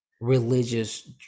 religious